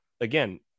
again